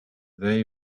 they